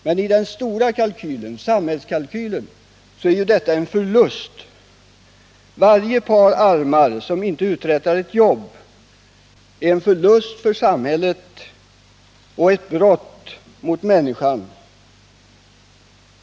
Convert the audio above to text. Men den stora kalkylen — samhällskalkylen — visar att varje par händer som inte uträttar något är en förlust för samhället. Det är dessutom ett brott mot människan.